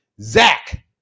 Zach